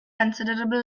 considerable